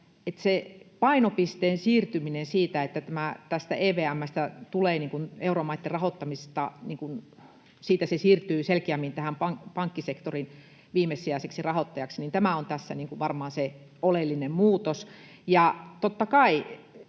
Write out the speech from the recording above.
painopiste siirtyy niin, että tämä EVM siirtyy euromaitten rahoittamisesta selkeämmin pankkisektorin viimesijaiseksi rahoittajaksi. Tämä on tässä varmaan se oleellinen muutos.